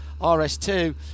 RS2